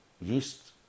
Yeast